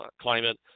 climate